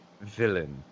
villain